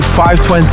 520